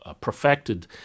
perfected